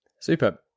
Super